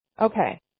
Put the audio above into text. Okay